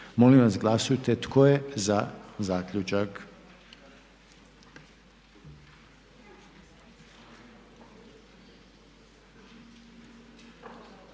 Molim vas glasujte. Tko je za taj zaključak?